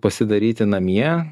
pasidaryti namie